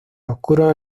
oscuros